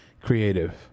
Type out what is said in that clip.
creative